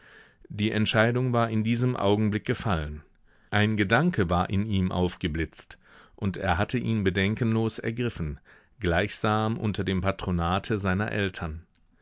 die entscheidung war in diesem augenblick gefallen ein gedanke war in ihm aufgeblitzt und er hatte ihn bedenkenlos ergriffen gleichsam unter dem patronate seiner eltern